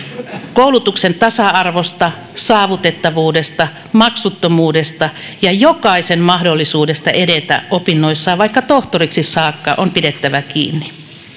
koulutuksen tasa arvosta saavutettavuudesta maksuttomuudesta ja jokaisen mahdollisuudesta edetä opinnoissaan vaikka tohtoriksi saakka on pidettävä kiinni